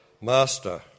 Master